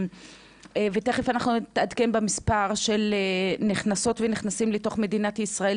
ותכף אנחנו נתעדכן במספר של הנכנסות והנכנסים לתוך מדינת ישראל,